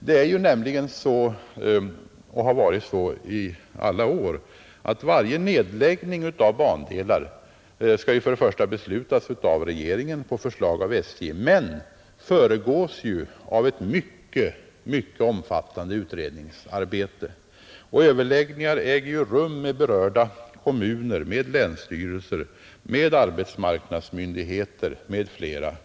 Det är ju nämligen så, och har varit så i alla år, att varje nedläggning av bandelar skall beslutas av regeringen på förslag av SJ, men nedläggningen föregås ju av ett synnerligen omfattande utredningsarbete. Överläggningar äger rum med berörda kommuner, länsstyrelser, arbetsmarknadsmyndigheter m.fl.